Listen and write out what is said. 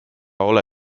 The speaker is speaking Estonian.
ole